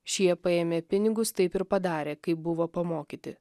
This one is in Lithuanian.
šie paėmę pinigus taip ir padarė kaip buvo pamokyti